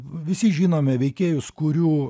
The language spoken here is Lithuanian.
visi žinome veikėjus kurių